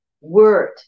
word